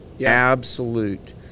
absolute